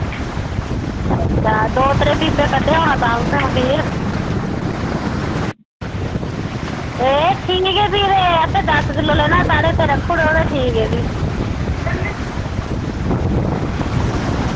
अच्छा तां दो त्रैऽ पीपे कड्ढेआ होना तुसें मखीर एह् ठीक ऐ भी ते एह् ठीक ऐ भी ते असें दस्स किलो लैना साढ़े आस्तै रक्खी ओड़े ते ठीक ऐ भी